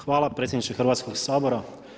Hvala predsjedniče Hrvatskoga sabora.